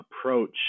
approach